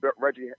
Reggie